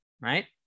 right